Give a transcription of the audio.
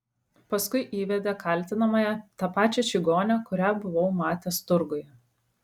paskui įvedė kaltinamąją tą pačią čigonę kurią buvau matęs turguje